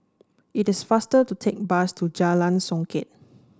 it is faster to take bus to Jalan Songket